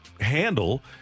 handle